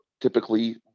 typically –